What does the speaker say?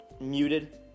muted